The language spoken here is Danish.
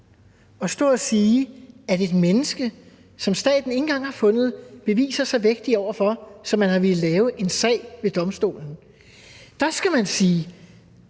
at stå og sige, at man til et menneske, som staten ikke engang har fundet så vægtige beviser over for, at man har villet lave en sag ved domstolen, skal sige: